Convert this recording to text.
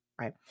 right